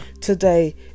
today